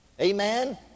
Amen